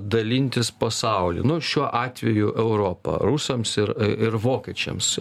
dalintis pasaulį nu šiuo atveju europą rusams ir vokiečiams